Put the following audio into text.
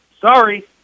Sorry